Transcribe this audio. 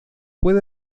puede